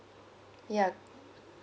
yeah